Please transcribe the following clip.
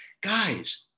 guys